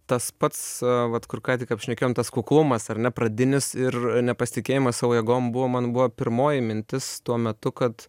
tas pats vat kur ką tik apšnekėjom tas kuklumas ar ne pradinis ir nepasitikėjimas savo jėgom buvo man buvo pirmoji mintis tuo metu kad